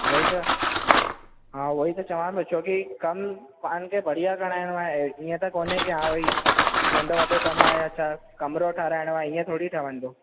उहो ई त हा उहो ई त चवां पियो छो की कमु पाणि खे बढ़िया कराइणो आहे इय त कोन्हे की हा भई नंढो वॾो कमु आहे या छा कमिरो ठाराइणो आहे इहा थोरी ठहिंदो